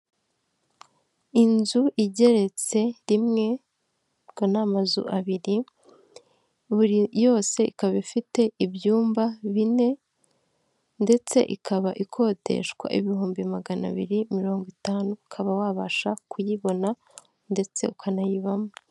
Inzu igeretse rimwe, ubwo n'amazu abiri, buri yose ikaba ifite ibyumba bine, ndetse ikaba ikodeshwa ibihumbi magana abiri mirongo itanu, ukaba wabasha kuyibona ndetse ukanayibamo.